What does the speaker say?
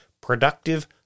Productive